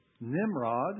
Nimrod